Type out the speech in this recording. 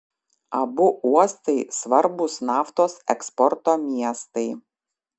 abu uostai svarbūs naftos eksporto miestai